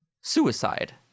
suicide